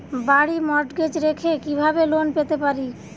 বাড়ি মর্টগেজ রেখে কিভাবে লোন পেতে পারি?